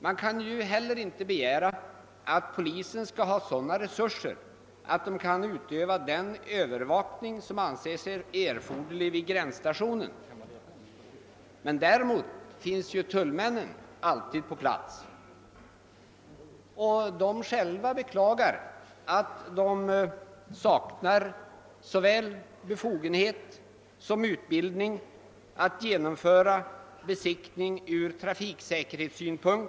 Man kan inte begära att polisen skall ha sådana resurser att den kan utöva den övervakning som anses erforderlig vid gränsstationerna. Däremot finns tullmännen alltid på plats. De beklagar själva att de saknar såväl befogenhet till som utbildning för besiktning ur trafiksäkerhetssynpunkt.